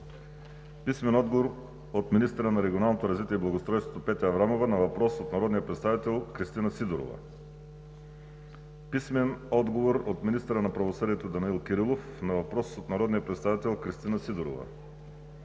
Анастасова; - министъра на регионалното развитие и благоустройството Петя Аврамова на въпрос от народния представител Кристина Сидорова; - министъра на правосъдието Данаил Кирилов на въпрос от народния представител Кристина Сидорова;